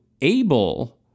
able